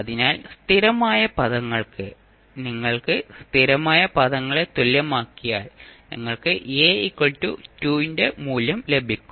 അതിനാൽ സ്ഥിരമായ പദങ്ങൾക്ക് നിങ്ങൾ സ്ഥിരമായ പദങ്ങളെ തുല്യമാക്കിയാൽ നിങ്ങൾക്ക് A 2 ന്റെ മൂല്യം ലഭിക്കും